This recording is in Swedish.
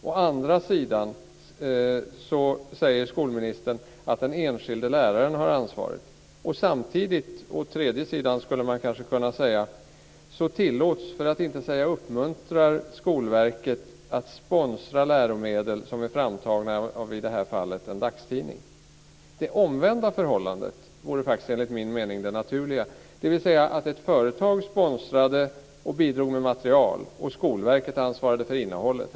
Å andra sidan säger skolministern att den enskilde läraren har ansvaret. Samtidigt, å tredje sidan, skulle man kanske kunna säga, tillåter för att inte säga uppmuntrar Skolverket sponsring av läromedel som, i det här fallet, är framtagna av en dagstidning. Det omvända förhållandet vore, enligt min mening, det naturliga, dvs. att ett företag sponsrade och bidrog med material och Skolverket ansvarade för innehållet.